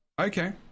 Okay